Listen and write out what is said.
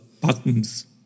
buttons